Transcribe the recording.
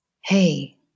hey